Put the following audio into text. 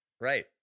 Right